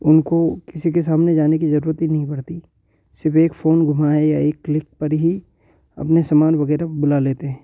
उनको किसी के सामने जाने की ज़रूरत ही नहीं पड़ती सिर्फ़ एक फ़ोन घुमाया या एक क्लिक पर ही अपने सामान वगैरह बुला लेते हैं